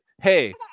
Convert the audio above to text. hey